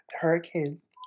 Hurricanes